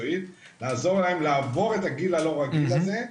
לעזור להם לעבור את הגיל הלא רגיל הזה,